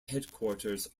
headquarters